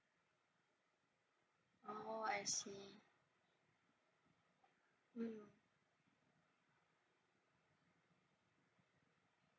oh I see mm